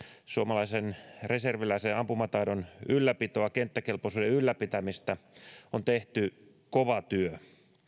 suomalaisen reserviläisen ampumataidon ylläpitoa kenttäkelpoisuuden ylläpitämistä on tehty kova työ